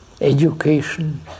education